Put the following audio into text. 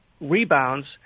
rebounds